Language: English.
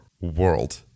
world